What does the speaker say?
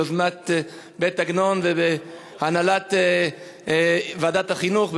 ביוזמת בית-עגנון והנהלת ועדת החינוך.